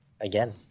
again